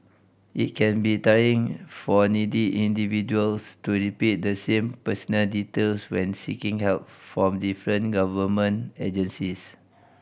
it can be tiring for needy individuals to repeat the same personal details when seeking help from different government agencies